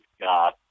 God